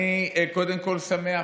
אני קודם כול שמח.